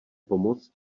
pomoct